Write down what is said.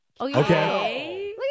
Okay